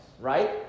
right